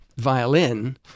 Violin